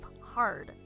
hard